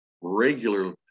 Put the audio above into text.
regularly